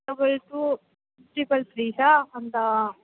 double two triple three छ अनि त